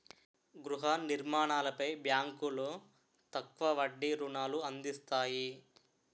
గృహ నిర్మాణాలపై బ్యాంకులో తక్కువ వడ్డీ రుణాలు అందిస్తాయి